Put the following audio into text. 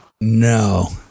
No